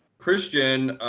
christian.